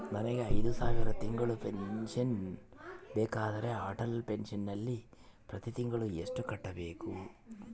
ನನಗೆ ಐದು ಸಾವಿರ ತಿಂಗಳ ಪೆನ್ಶನ್ ಬೇಕಾದರೆ ಅಟಲ್ ಪೆನ್ಶನ್ ನಲ್ಲಿ ಪ್ರತಿ ತಿಂಗಳು ಎಷ್ಟು ಕಟ್ಟಬೇಕು?